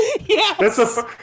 yes